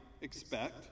expect